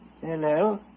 Hello